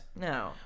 No